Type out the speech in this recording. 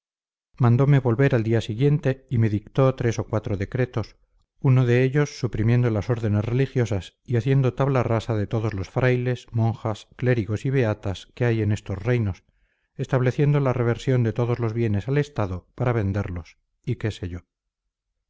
mandome volver al día siguiente y me dictó tres o cuatro decretos uno de ellos suprimiendo las órdenes religiosas y haciendo tabla rasa de todos los frailes monjas clérigos y beatas que hay en estos reinos estableciendo la reversión de todos los bienes al estado para venderlos y qué sé yo